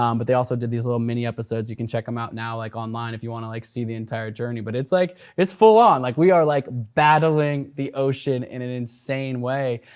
um but they also did these little mini-episodes. you can check them out like online if you wanna like see the entire journey, but it's like it's full on. like we are like battling the ocean in an insane way.